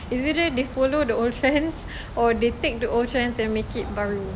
is either they follow the old trends or they take the old trends and make it baru